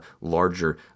larger